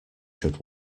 should